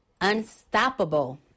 unstoppable